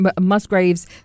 Musgraves